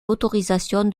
autorisation